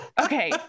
Okay